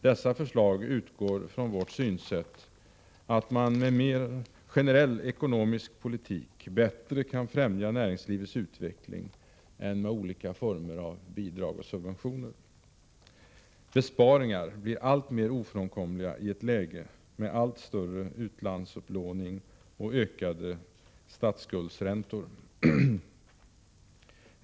Dessa förslag utgår från vårt synsätt att man med en mer generell ekonomisk politik bättre kan främja näringslivets utveckling än med olika former av bidrag och subventioner. Besparingar blir alltmer ofrånkomliga i ett läge med allt större utlandsupplå ning och ökade statsskuldsräntor.